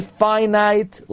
finite